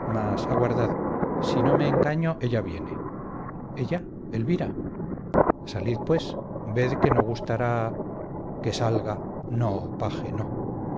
mas aguardad si no me engaño ella viene ella elvira salid pues ved que no gustará que salga no paje no